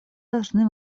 должны